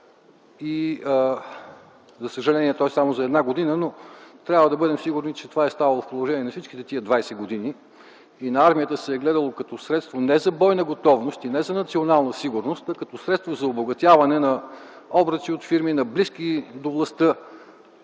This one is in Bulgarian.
За съжаление, той е само за една година, но трябва да бъдем сигурни, че това е ставало в продължение на всичките тези 20 години и на армията се е гледало като средство не за бойна готовност и не за национална сигурност, а като средство за обогатяване на обръчи от фирми, на близки до властта